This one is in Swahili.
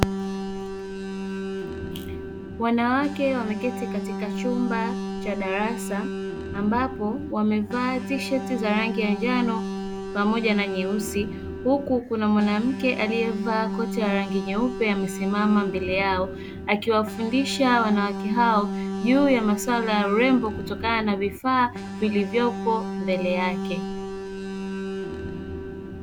Wanawake wameketi katika chumba cha darasa ambapo wamevaa tisheti za rangi ya njano pamoja na nyeusi huku kuna mwanamke aliyevaa koti ya rangi nyeupe, amesimama mbele yao akiwafundisha wanawake hao juu ya masuala ya urembo kutokana na vifaa vilivyopo mbele yake.